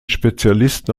spezialisten